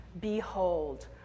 Behold